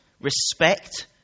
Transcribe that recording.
respect